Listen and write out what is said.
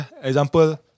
example